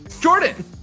Jordan